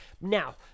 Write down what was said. now